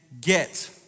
get